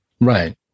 right